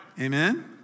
Amen